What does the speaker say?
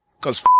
Cause